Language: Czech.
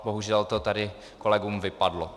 Bohužel to tady kolegům vypadlo.